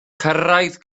cyrraedd